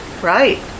right